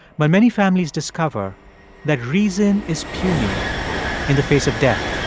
but many families discover that reason is puny in the face of death.